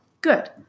good